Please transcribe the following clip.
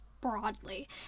broadly